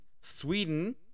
Sweden